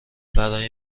برای